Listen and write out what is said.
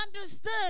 understood